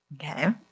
Okay